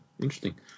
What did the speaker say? Interesting